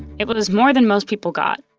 it was more than most people got,